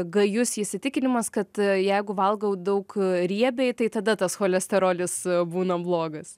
gajus įsitikinimas kad e jeigu valgau daug riebiai tai tada tas cholesterolis būna blogas